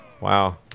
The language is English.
Wow